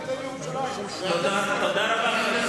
תודה רבה,